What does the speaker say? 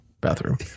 bathroom